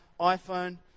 iPhone